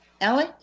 Ellie